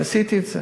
ועשיתי את זה.